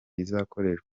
izakoresha